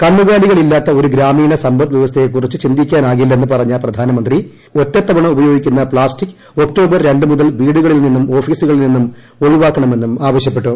കന്നുകാലികളില്ലാത്ത ഒരു ഗ്രാമീണ സമ്പദ് വ്യവസ്ഥയെക്കുറിച്ച് ചിന്തിക്കാനാകില്ലെന്ന് പറഞ്ഞ പ്രധാനമന്ത്രി ഒറ്റത്തവണ ഉപയോഗിക്കുന്ന പാസിക് ഉക്കോബ്ർ രണ്ടു മുതൽ വീടുകളിൽ നിന്നും ഭാഗീസുകളിൽ നിന്നും ഒഴിവാക്കണമെന്നും ആവശ്യപ്പെട്ടു